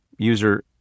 user